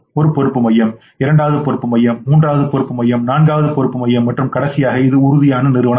ஒரு பொறுப்பு மையம் இரண்டாவது பொறுப்பு மையம் மூன்றாவது பொறுப்பு மையம் நான்காவது பொறுப்பு மையம் மற்றும் கடைசியாக இது உறுதியான நிறுவனம்